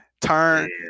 Turn